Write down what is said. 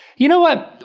you know what,